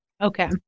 Okay